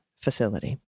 facility